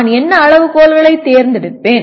நான் என்ன அளவுகோல்களைத் தேர்ந்தெடுப்பேன்